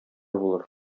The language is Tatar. булыр